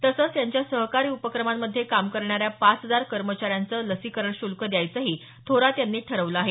तसंच यांच्या सहकारी उपक्रमांमधे काम करणाऱ्या पाच हजार कर्मचाऱ्याचं लसीकरण शुल्क द्यायचंही थोरात यांनी ठरवलं आहे